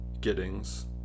Giddings